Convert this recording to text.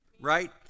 Right